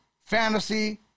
Fantasy